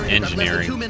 engineering